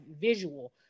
visual